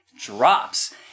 drops